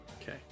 Okay